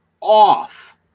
off